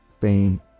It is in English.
fame